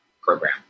program